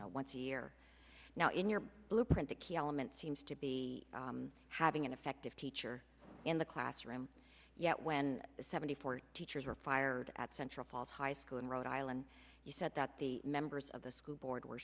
once a year now in your blueprint the key element seems to be having an effective teacher in the classroom yet when seventy four teachers were fired at central falls high school in rhode island you said that the members of the school board were